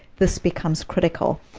this becomes critical.